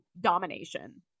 domination